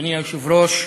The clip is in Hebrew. אדוני היושב-ראש,